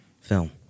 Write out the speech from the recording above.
film